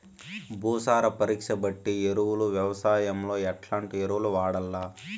భూసార పరీక్ష బట్టి ఎరువులు వ్యవసాయంలో ఎట్లాంటి ఎరువులు వాడల్ల?